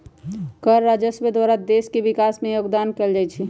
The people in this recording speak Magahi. कर राजस्व द्वारा देश के विकास में जोगदान कएल जाइ छइ